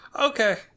okay